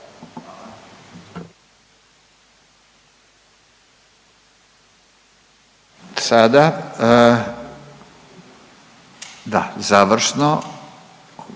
Sada da završno